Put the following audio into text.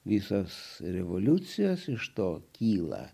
visos revoliucijos iš to kyla